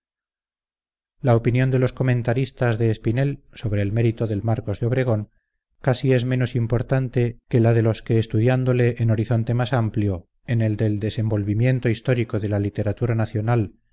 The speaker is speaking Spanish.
la opinión de los comentaristas de espinel sobre el mérito del marcos de obregón casi es menos importante que la de los que estudiándole en horizonte más amplio en el del desenvolvimiento histórico de la literatura nacional